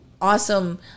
awesome